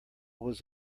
was